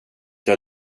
jag